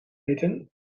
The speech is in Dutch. eten